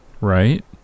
Right